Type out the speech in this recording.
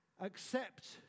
accept